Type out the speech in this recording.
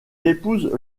épouse